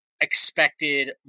expected